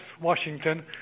Washington